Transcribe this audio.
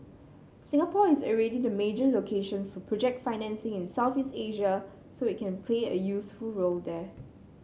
Singapore is already the major location for project financing in Asia so it can play a useful role there